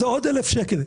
זה עוד 1,000 שקל.